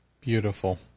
Beautiful